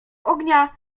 ognia